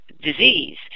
disease